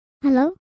Hello